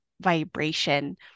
vibration